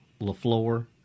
LaFleur